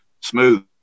smooth